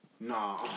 nah